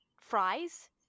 fries